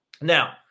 Now